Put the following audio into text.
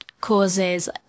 causes